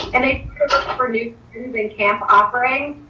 and they look for new camp offering.